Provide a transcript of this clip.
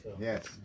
yes